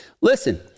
Listen